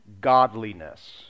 godliness